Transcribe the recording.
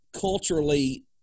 culturally